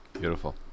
Beautiful